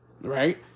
Right